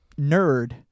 nerd